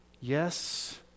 Yes